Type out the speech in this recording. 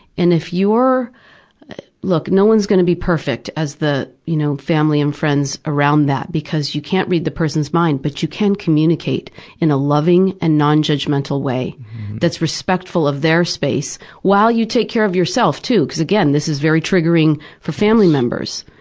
and if you're look, no one's going to be perfect as the you know family and friends around that, because you can't read the person's mind but you can communicate in a loving and non-judgmental way that's respectful of their space, while you take care of yourself too, because again, this is very triggering for family members.